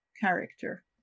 character